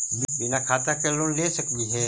बिना खाता के लोन ले सकली हे?